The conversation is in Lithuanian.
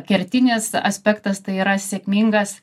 kertinis aspektas tai yra sėkmingas